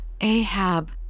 Ahab